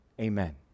amen